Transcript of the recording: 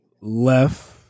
left